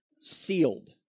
sealed